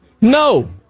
No